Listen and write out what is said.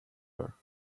her